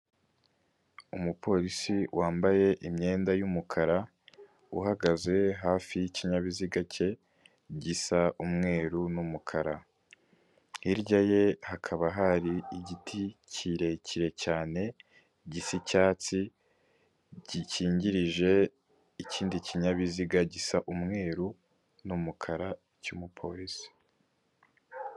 Umupolisi wambaye imyenda y'umukara, uhagaze hafi y'ikinyabiziga cye gisa umweru n'umukara. Hirya ye hakaba hari igiti kirekire cyane gisa icyatsi, gikingirije ikindi kinyabiziga gisa umweru n'umukara cy'umupolisi.